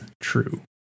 true